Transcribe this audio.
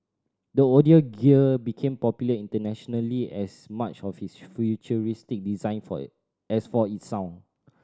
the audio gear became popular internationally as much of its futuristic design for a as for its sound